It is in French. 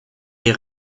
des